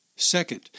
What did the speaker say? Second